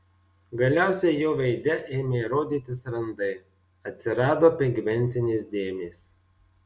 galiausiai jo veide ėmė rodytis randai atsirado pigmentinės dėmės